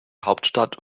hauptstadt